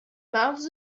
mouths